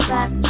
Back